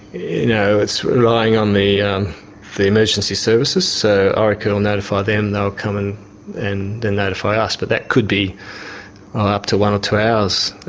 you know, it's relying on the um the emergency services. so orica will notify them, they'll come come and and then notify us. but that could be up to one or two hours.